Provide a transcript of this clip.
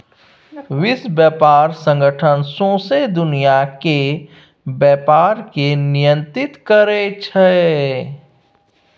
विश्व बेपार संगठन सौंसे दुनियाँ केर बेपार केँ नियंत्रित करै छै